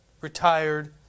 retired